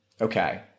Okay